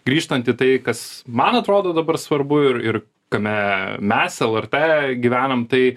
grįžtant į tai kas man atrodo dabar svarbu ir ir kame mes lrt gyvenam tai